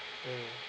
mm